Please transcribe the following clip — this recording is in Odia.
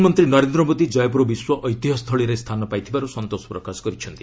ପ୍ରଧାନମନ୍ତ୍ରୀ ନରେନ୍ଦ୍ର ମୋଦୀ ଜୟପୁର ବିଶ୍ୱ ଐତିହ୍ୟ ସ୍ଥଳୀରେ ସ୍ଥାନ ପାଇଥିବାରୁ ସନ୍ତୋଷ ପ୍ରକାଶ କରିଛନ୍ତି